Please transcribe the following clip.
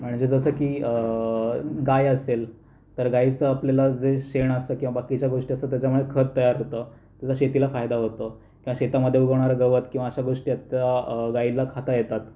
म्हणजे जसं की गाय असेल तर गायीचं आपल्याला जे शेण असतं किंवा बाकीच्या गोष्टी असतात त्याच्यामुळे खत तयार होतं त्याचा शेतीला फायदा होतो किंवा शेतामध्ये उगवणारं गवत किंवा अशा गोष्टी आहेत त्या गायीला खाता येतात